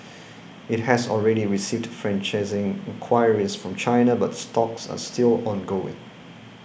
it has already received franchising in enquiries from China but talks are still ongoing